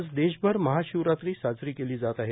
आज देशभर महाशिवरात्री साजरी केली जात आहे